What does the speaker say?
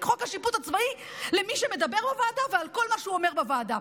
חוק השיפוט הצבאי למי שמדבר בוועדה ועל כל מה שהוא אומר בוועדה.